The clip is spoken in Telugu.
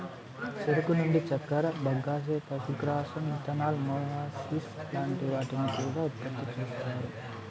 చెరుకు నుండి చక్కర, బగస్సే, పశుగ్రాసం, ఇథనాల్, మొలాసిస్ లాంటి వాటిని కూడా ఉత్పతి చేస్తారు